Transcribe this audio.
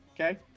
okay